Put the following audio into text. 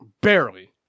Barely